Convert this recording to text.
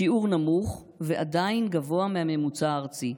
שיעור נמוך ועדיין גבוה מהממוצע הארצי.